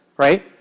right